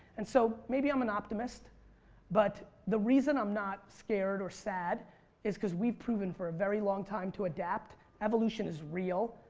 and so maybe i'm an optimist but the reason i'm not scared or sad is cause we proven for a very long time to adapt. evolution evolution is real.